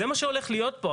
זה מה שהולך להיות פה.